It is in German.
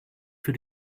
für